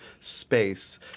space